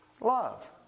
love